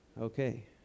Okay